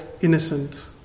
innocent